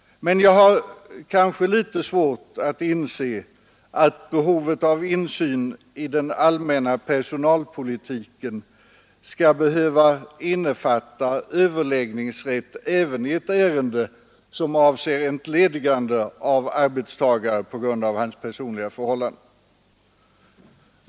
Men jag har kanske litet svårt att inse att behovet av insyn i den allmänna personalpolitiken skall behöva innefatta överläggningsrätt även i ett ärende som avser entledigande av arbetstagare på grund av hans personliga förhållanden.